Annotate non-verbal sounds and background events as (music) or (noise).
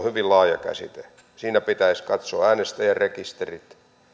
(unintelligible) hyvin laaja käsite siinä pitäisi katsoa äänestäjärekisterit